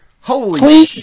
Holy